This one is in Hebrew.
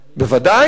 בוודאי,